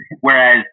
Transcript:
Whereas